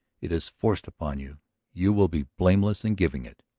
it is forced upon you you will be blameless in giving it.